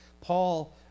Paul